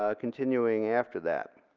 ah continuing after that.